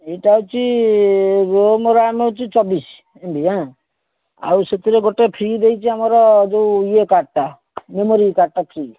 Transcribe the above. ଏଇଟା ଅଛି ରୋମର ଆମେ ଚବିଶ ଏମ୍ ବି ଆଉ ସେଥିରେ ଗୋଟେ ଫ୍ରି ଦେଇଛି ଆମର ଯେଉଁ ଇଏ କାର୍ଡ଼ଟା ମେମୋରୀ କାର୍ଡ଼ଟା ଫ୍ରି